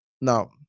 Now